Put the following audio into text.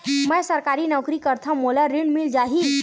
मै सरकारी नौकरी करथव मोला ऋण मिल जाही?